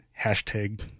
Hashtag